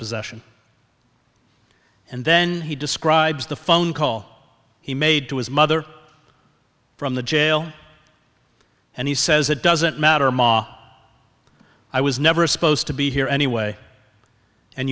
possession and then he describes the phone call he made to his mother from the jail and he says it doesn't matter ma i was never supposed to be here anyway and